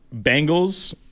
Bengals